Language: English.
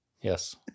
Yes